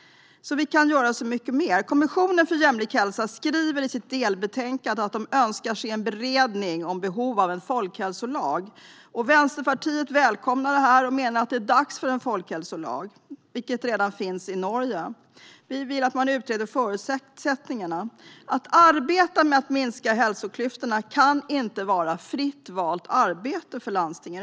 Vi kan göra så mycket mer. Kommissionen för jämlik hälsa skriver i sitt delbetänkande att den önskar se en beredning om behov av en folkhälsolag. Vänsterpartiet välkomnar det och menar att det är dags för en folkhälsolag, vilket redan finns i Norge. Vi vill att man utreder förutsättningarna. Att arbeta med att minska hälsoklyftorna kan inte vara fritt valt arbete för landstingen.